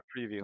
preview